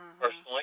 personally